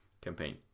campaign